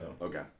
Okay